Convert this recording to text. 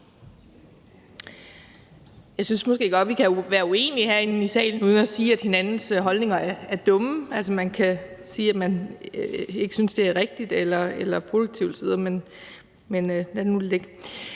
Jeg synes måske godt, at vi kan være uenige herinde i salen uden at sige, at andres holdninger er dumme. Man kan sige, at man ikke synes, det er rigtigt eller produktivt osv., men lad det nu ligge.